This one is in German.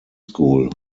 school